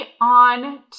on